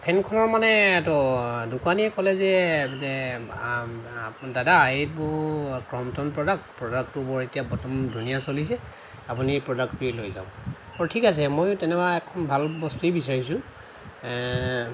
ফেনখনৰ মানে এইটো দোকানীয়ে ক'লে যে দাদা এইটো ক্ৰমটন প্ৰডাক্ট প্ৰডাক্টটো বৰ এতিয়া বৰ্তমান ধুনীয়া চলিছে আপুনি প্ৰডাক্টটোৱে লৈ যাওক বোলো ঠিক আছে ময়ো তেনেকুৱা এখন ভাল বস্তুৱে বিচাৰিছোঁ